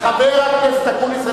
חבר הכנסת אקוניס,